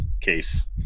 case